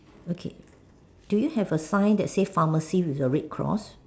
okay do you have a sign that says pharmacy with a red cross